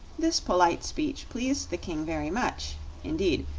this polite speech pleased the king very much indeed,